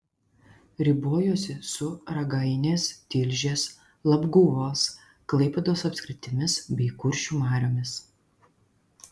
ribojosi su ragainės tilžės labguvos klaipėdos apskritimis bei kuršių mariomis